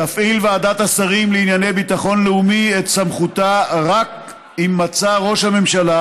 תפעיל ועדת השרים לענייני ביטחון לאומי את סמכותה רק אם מצא ראש הממשלה